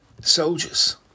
soldiers